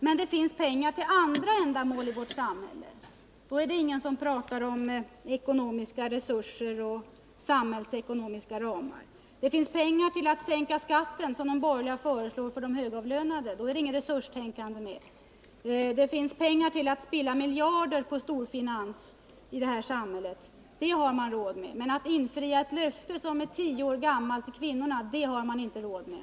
Men det finns pengar till andra ändamål i vårt samhälle. Då är det ingen som pratar om ekonomiska resurser och samhällsekonomiska ramar. Det finns pengar till att sänka skatten för de högavlönade, vilket de borgerliga föreslår. Då är inget resurstänkande med. Det finns i detta samhälle pengar till att spilla miljarder på storfinansen. Men att infria ett tio år gammalt löfte till kvinnorna har man inte råd med.